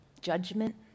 Judgment